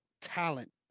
talent